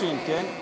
העונשין, כן?